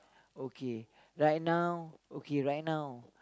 okay right now okay right now